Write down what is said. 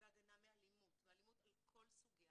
והגנה מאלימות ואלימות על כל סוגיה,